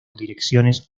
direcciones